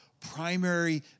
primary